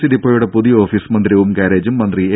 C ഡിപ്പോയുടെ പുതിയ office മന്ദിരവും ഗാരേജും മന്ത്രി എ